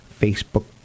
Facebook